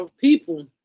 People